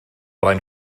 rain